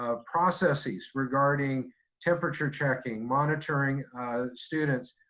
ah processes regarding temperature checking, monitoring students,